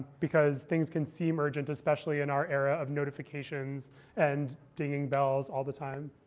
because things can seem urgent, especially in our era of notifications and dinging bells all the time.